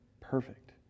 perfect